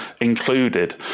included